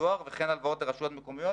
דואר וכן הלוואות לרשויות מקומיות.